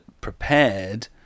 prepared